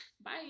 bye